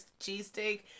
cheesesteak